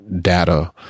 data